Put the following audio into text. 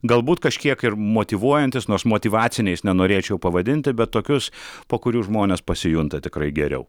galbūt kažkiek ir motyvuojantys nors motyvaciniais nenorėčiau pavadinti bet tokius po kurių žmonės pasijunta tikrai geriau